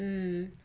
mm